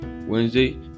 Wednesday